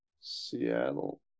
Seattle